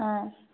অঁ